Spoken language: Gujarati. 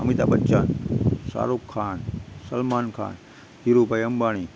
અમિતાભ બચ્ચન શાહરુખ ખાન સલમાન ખાન ધીરુભાઈ અંબાણી